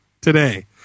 today